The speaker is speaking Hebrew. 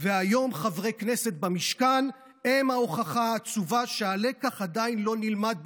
והיום חברי כנסת במשכן הם ההוכחה העצובה שהלקח עדיין לא נלמד במלואו.